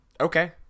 Okay